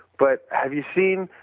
but have you seen,